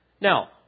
Now